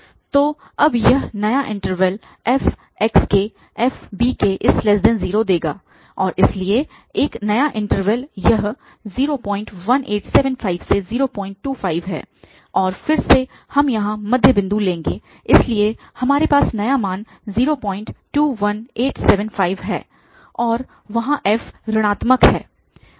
तो अब यह नया इन्टरवल fxkfbk0 देगा और इसलिए एक नया इन्टरवल यह 01875 025 और फिर से हम यहाँ मध्य बिंदु लेंगे इसलिए हमारे पास नया मान 021875 है और वहाँ f ऋणात्मक है